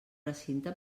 recinte